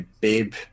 babe